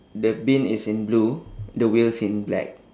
the bin is in blue the wheels in black